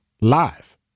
Live